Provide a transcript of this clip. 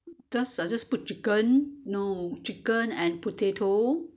just uh just put chicken no chicken and potato